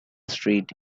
street